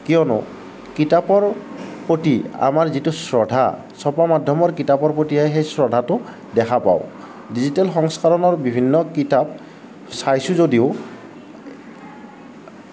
কিয়নো কিতাপৰ প্ৰতি আমাৰ যিটো শ্ৰদ্ধা ছপা মাধ্যমৰ কিতাপৰ প্ৰতি সেই শ্ৰদ্ধাটো দেখা পায় ডিজিটেল সংস্কৰণৰ বিভিন্ন কিতাপ চাইছো যদিও